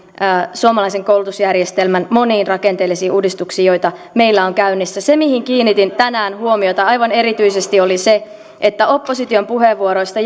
suomalaisen koulutusjärjestelmän moniin rakenteellisiin uudistuksiin joita meillä on käynnissä se mihin kiinnitin tänään huomiota aivan erityisesti oli se että opposition puheenvuoroista